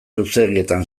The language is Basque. luzeegietan